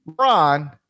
Ron